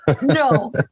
no